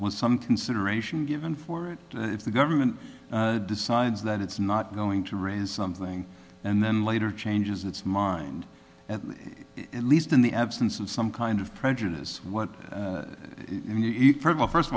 with some consideration given for it and if the government decides that it's not going to raise something and then later changes its mind at least in the absence of some kind of prejudice what you eat pretty well first of